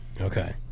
Okay